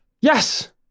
Yes